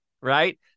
right